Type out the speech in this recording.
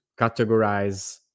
categorize